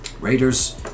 Raiders